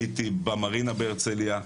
הייתי במרינה בהרצליה,